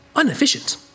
inefficient